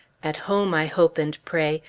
at home, i hope and pray,